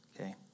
okay